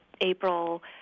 April